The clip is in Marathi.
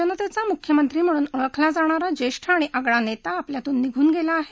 जनतघी मुख्यमंत्री म्हणून ओळखला जाणारा ज्यहिआणि आगळा नसी आपल्यातून निघून गटी आह